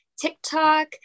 TikTok